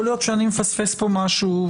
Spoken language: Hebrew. יכול להיות שאני מפספס פה משהו.